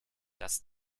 das